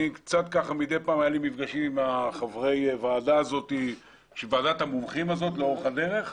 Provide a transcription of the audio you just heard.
מדי פעם היו לי מפגשים עם חברי ועדת המומחים לאורך הדרך,